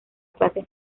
clases